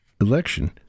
election